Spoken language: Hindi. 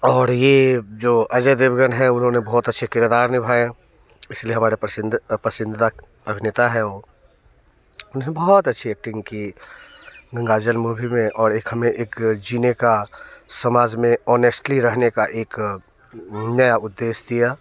और ये जो अजय देवगन है उन्होंने बहुत अच्छा किरदार निभाया इस लिए हमरा पसंदीदा अभिनेता है वो उन्होंने बहुत अच्छी एक्टिंग की गंगाजल मूवी में और एक हमें एक जीने का समाज में में ऑनेस्टली रहने का एक नया उद्देश्य दिया